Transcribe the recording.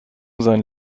seinen